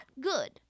good